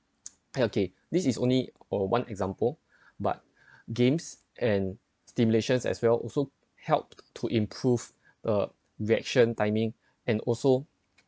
okay this is only or one example but games and stimulations as well also helped to improve the reaction timing and also